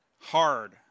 hard